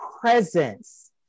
presence